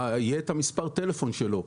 יהיה את מספר הטלפון שלו.